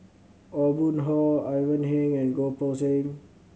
Aw Boon Haw Ivan Heng and Goh Poh Seng